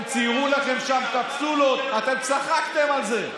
הם ציירו לכם שם קפסולות, אתם צחקתם על זה,